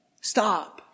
Stop